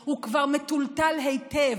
הוא כבר מטולטל היטב.